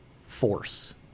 force